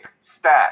stat